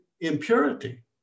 impurity